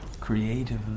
creatively